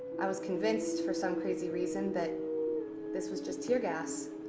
i was convinced, for some crazy reason, that this was just tear gas.